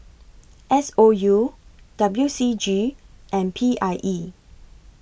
S O U W C G and P I E